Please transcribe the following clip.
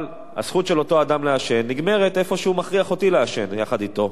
אבל הזכות של אותו אדם לעשן נגמרת כשהוא מכריח אותי לעשן יחד אתו.